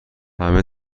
همه